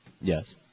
Yes